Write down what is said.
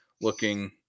looking